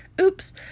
oops